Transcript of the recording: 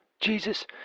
Jesus